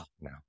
now